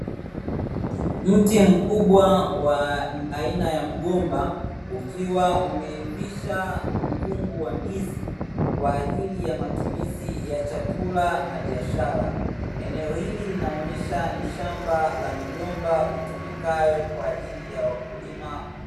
Mti mkubwa wa aina ya mgomba ukiwa umeivisha mkungu wa ndizi kwa ajili ya matumizi ya chakula na biashara. Eneo hili linaonyesha ni shamba la mgomba litumikayo kwa ajili ya wakulima.